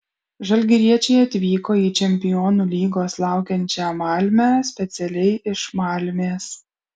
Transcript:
žalgiriečiai atvyko į čempionų lygos laukiančią malmę specialiai iš malmės